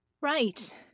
Right